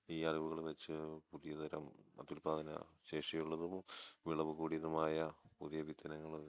ഈ അറിവുകൾ വെച്ച് പുതിയതരം അത്യുൽപ്പാദന ശേഷയുള്ളതും വിളവു കൂടിയതുമായ പുതിയ വിത്തിനങ്ങൾ